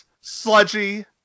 sludgy